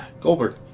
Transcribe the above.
Goldberg